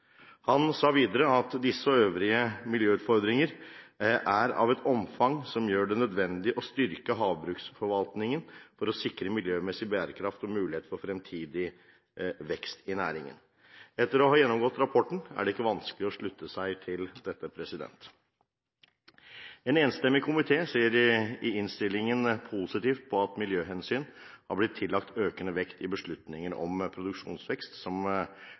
Han sa videre at disse og øvrige miljøutfordringer er av et omfang som gjør det nødvendig å styrke havbruksforvaltningen for å sikre miljømessig bærekraft og muligheten for fremtidig vekst i næringen. Etter å ha gjennomgått rapporten er det ikke vanskelig å slutte seg til dette. En enstemmig komité ser i innstillingen positivt på at miljøhensyn har blitt tillagt økende vekt i beslutninger om produksjonsvekst som